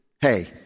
hey